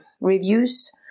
reviews